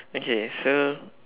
okay so